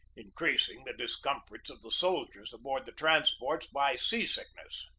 increasing the dis comforts of the soldiers aboard the transports by sea-sickness.